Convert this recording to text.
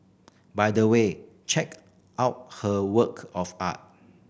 by the way check out her work of art